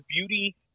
beauty